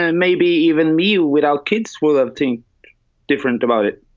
ah and maybe even me without kids will ah think different about it.